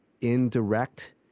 indirect